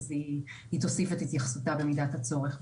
אז היא תוסיף את התייחסותה במידת הצורך.